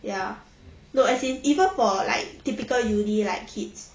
ya no as in even for like typical uni like kids